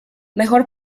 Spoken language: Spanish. mejor